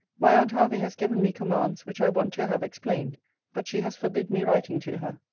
my aunt hervey has given me commands which i want to have explained but she has forbid me writing to her.